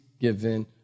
given